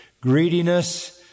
greediness